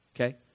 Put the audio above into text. okay